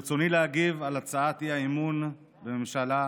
ברצוני להגיב על הצעת האי-אמון בממשלה,